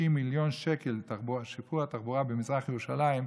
מיליון שקל לשיפור תחבורה במזרח ירושלים,